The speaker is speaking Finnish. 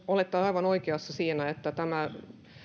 olette myös aivan oikeassa siinä että tämä